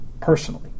personally